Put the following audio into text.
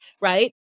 right